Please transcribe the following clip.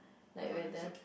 like whether